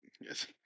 Yes